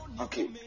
Okay